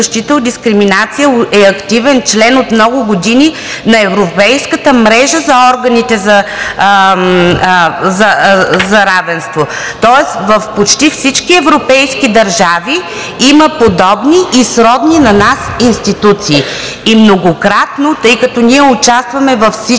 от дискриминация е активен член от много години на европейската мрежа за органите за равенство. Тоест в почти всички европейски държави има подобни и сродни на нас институции. Многократно, тъй като ние участваме във всички